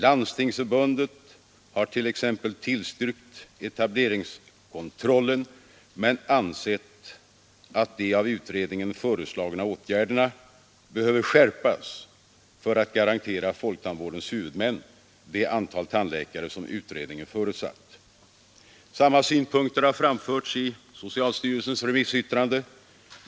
Landstingsförbundet har t.ex. tillstyrkt etableringskontrollen men ansett att de av utredningen föreslagna åtgärderna behöver skärpas för att garantera folktandvårdens huvudmän det antal tandläkare som utredningen förutsatt. Samma synpunkter har framförts i socialstyrelsens remissyttrande.